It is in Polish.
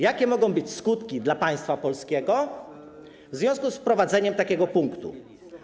Jakie mogą być skutki dla państwa polskiego w związku z wprowadzeniem takiego punktu?